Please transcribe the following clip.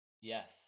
yes